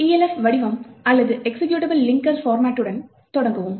எனவே Elf வடிவம் அல்லது எக்சிகியூட்டபிள் லிங்கர் பார்மட்டுடன் தொடங்குவோம்